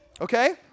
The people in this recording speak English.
okay